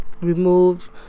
removed